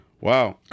wow